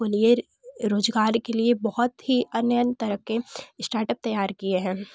को लिए रोज़गार के लिए बहुत अन्य तरह के स्टार्टअप तैयार किए है